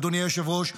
אדוני היושב-ראש,